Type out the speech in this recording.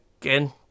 again